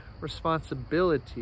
responsibility